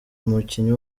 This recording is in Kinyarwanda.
umukinnyi